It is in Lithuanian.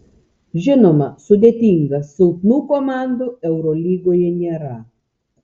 žinoma sudėtinga silpnų komandų eurolygoje nėra